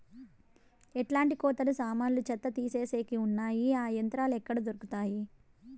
ఎట్లాంటి కోతలు సామాన్లు చెత్త తీసేకి వున్నాయి? ఆ యంత్రాలు ఎక్కడ దొరుకుతాయి?